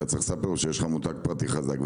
אתה צריך לספר לו שיש לך מותג פרטי חזק,